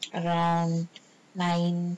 around nine